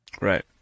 Right